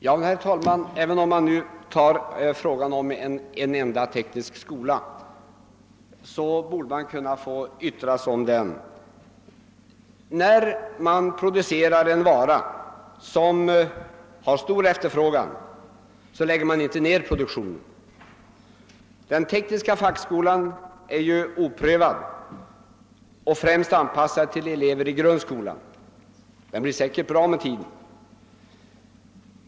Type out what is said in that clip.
Herr talman! Man borde kunna få yttra sig även om det bara gäller en viss teknisk skola. När det produceras en vara med stor efterfrågan läggs inte produktionen ned. Den tekniska fackskolan är ju ännu oprövad och anpassad främst till elever i grundskolan, och den blir säkert bra med tiden.